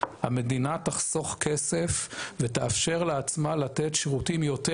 המדינה תחסוך כסף ותאפשר לעצמה לתת שירותים יותר